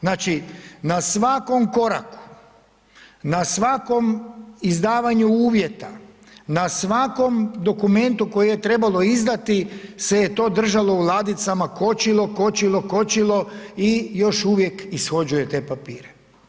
Znači, na svakom koraku, na svakom izdavanju uvjeta, na svakom dokumentu koji je trebalo izdati se je to držalo u ladicama, kočilo, kočilo, kočilo i još uvijek ishođuje te papire.